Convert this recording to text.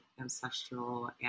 ancestral